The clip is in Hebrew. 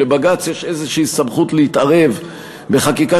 שלבג"ץ יש איזושהי סמכות להתערב בחקיקה